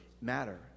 matter